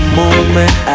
moment